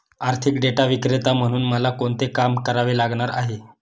आर्थिक डेटा विक्रेता म्हणून मला कोणते काम करावे लागणार आहे?